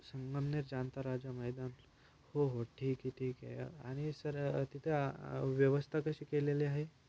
संगमनेर जाणता राजा मैदान हो हो ठीक आहे ठीक आहे आणि सर तिथे व्यवस्था कशी केलेली आहे